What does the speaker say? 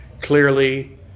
clearly